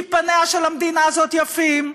כי פניה של המדינה הזאת יפים,